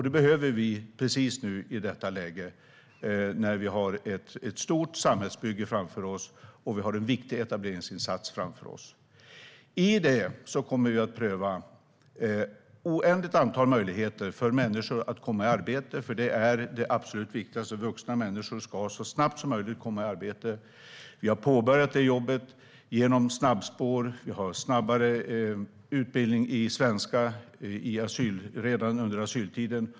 Det behöver vi i detta läge, när vi har ett stort samhällsbygge och en viktig etableringsinsats framför oss. Vi kommer att pröva ett oändligt antal möjligheter för människor att komma i arbete, för det är det absolut viktigaste. Vuxna människor ska komma i arbete så snabbt som möjligt. Vi har påbörjat det jobbet genom snabbspår. Vi har snabbare utbildning i svenska redan under asyltiden.